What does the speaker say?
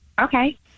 Okay